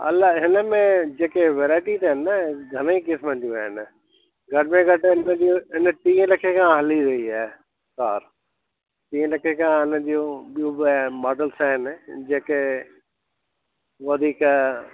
अलाए हिनमें जेके वैराइटीस आहिनि न घणे ई किस्म जूं आहिनि घटि में घटि इन जूं इन टीहें लखे खां हली वई आहे कार टीहें लखें खां हिन जूं ॿियूं बि मॉडल्स आहिनि जेके वधीक